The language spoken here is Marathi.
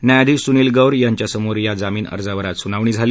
न्यायाधीश सुनील गौर यांच्यासमोर या जामीन अर्जावर आज सुनावणी झाली